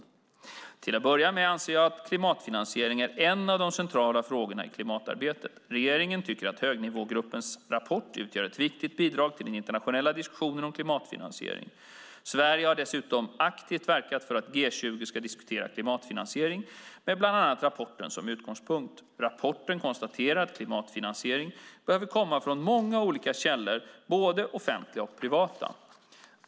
Till att börja med anser jag att klimatfinansiering är en av de centrala frågorna i klimatarbetet. Regeringen tycker att högnivåarbetsgruppens rapport utgör ett viktigt bidrag till den internationella diskussionen om klimatfinansiering. Sverige har dessutom aktivt verkat för att G20 ska diskutera klimatfinansiering, med bland annat rapporten som utgångspunkt. Rapporten konstaterar att klimatfinansiering behöver komma från många olika källor, både offentliga och privata.